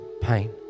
pain